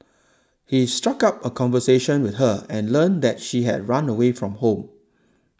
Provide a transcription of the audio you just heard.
he struck up a conversation with her and learned that she had run away from home